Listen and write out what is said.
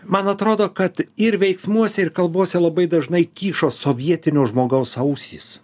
man atrodo kad ir veiksmuose ir kalbose labai dažnai kyšo sovietinio žmogaus ausys